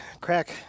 crack